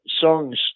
songs